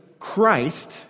Christ